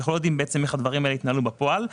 ואנחנו לא יודעים איך הדברים האלה יתנהלו בפועל.